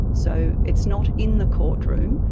so, it's not in the courtroom,